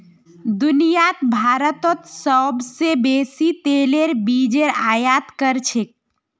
दुनियात भारतत सोबसे बेसी तेलेर बीजेर आयत कर छेक